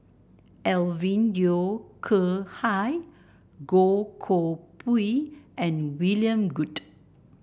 Alvin Yeo Khirn Hai Goh Koh Pui and William Goode